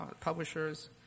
publishers